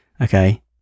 Okay